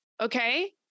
okay